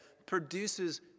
produces